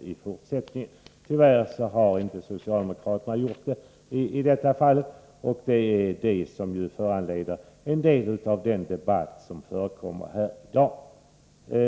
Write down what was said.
i fortsättningen. Tyvärr har inte socialdemokraterna gjort det i detta fall, vilket föranleder en del av den debatt som förekommer här i dag.